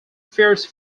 fierce